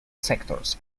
sectors